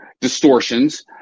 distortions